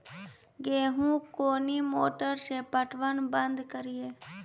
गेहूँ कोनी मोटर से पटवन बंद करिए?